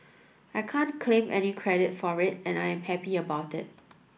I can't claim any credit for it and I'm happy about that